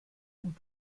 und